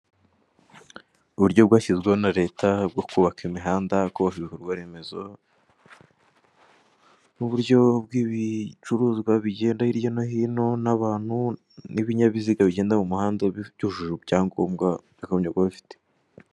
Uburyo bwashyizweho na Leta bwo kubaka imihanda, kubaka ibikorwaremezo, uburyo bw'ibicuruzwa bigenda hirya no hino n'abantu n'ibinyabiziga bigenda mu muhanda byujuje ibyangombwa byakagombye kuba bifite.